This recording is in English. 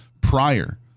prior